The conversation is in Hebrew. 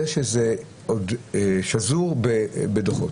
שזה שזור בדוחות.